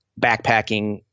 backpacking